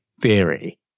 theory